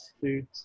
suit